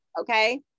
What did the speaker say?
Okay